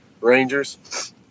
Rangers